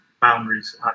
boundaries